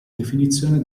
definizione